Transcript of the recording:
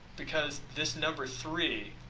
because this number three,